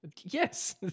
Yes